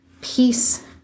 peace